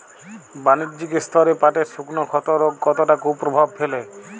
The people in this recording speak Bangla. বাণিজ্যিক স্তরে পাটের শুকনো ক্ষতরোগ কতটা কুপ্রভাব ফেলে?